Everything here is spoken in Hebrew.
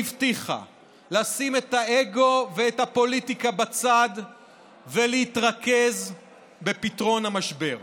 שהבטיחה לשים את האגו ואת הפוליטיקה בצד ולהתרכז בפתרון המשבר?